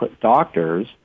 doctors